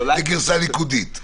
זה גרסה ליכודית.